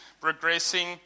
progressing